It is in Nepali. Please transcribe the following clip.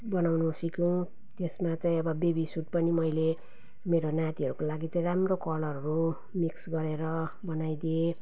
बनाउन सिक्यौँ त्यसमा चाहिँ अब बेबी सुट पनि मैले मेरो नातिहरूको लागि चाहिँ राम्रो कलरहरू मिक्स गरेर बनाइदिेएँ